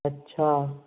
अच्छा